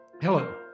Hello